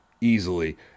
easily